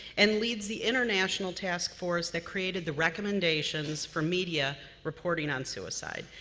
and leads the international taskforce that created the recommendations for media reporting on suicide.